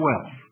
wealth